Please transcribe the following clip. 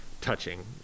touching